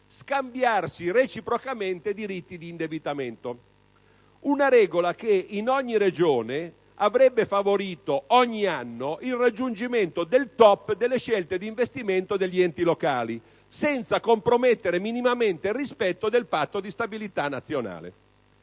scambiarsi reciprocamente i diritti di indebitamento. Era una regola che, in ogni Regione, avrebbe favorito, ogni anno, il raggiungimento del *top* delle scelte d'investimento degli enti locali, senza compromettere minimamente il rispetto del Patto di stabilità nazionale.